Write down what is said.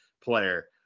player